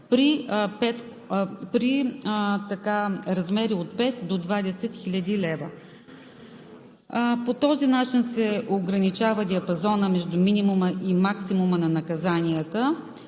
при размери от 5 до 20 000 лв. По този начин се ограничава диапазонът между минимума и максимума на наказанията,